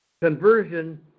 conversion